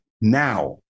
now